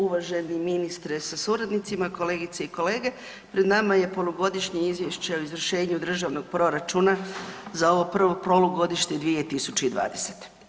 Uvaženi ministre sa suradnicima, kolegice i kolege, pred nama je polugodišnje izvješće o izvršenju državnog proračuna za ovo prvo polugodište 2020.